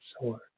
sword